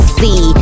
see